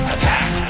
Attack